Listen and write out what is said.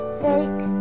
fake